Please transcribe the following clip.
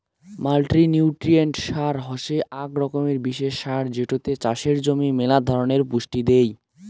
multinutrient সার হসে আক রকমের বিশেষ সার যেটোতে চাষের জমি মেলা ধরণের পুষ্টি দেই